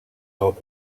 erreurs